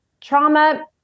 trauma